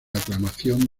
aclamación